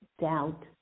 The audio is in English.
doubt